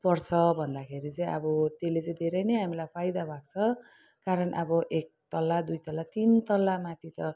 पर्छ भन्दाखेरि चाहिँ अब त्यसले चाहिँ धेरै नै हामीलाई फाइदा भएको छ कारण अब एक तला दुई तला तिन तलामाथी त